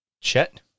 chet